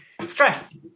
Stress